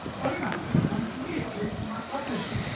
well enough it didn't come from me it came from my publisher